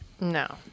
no